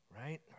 right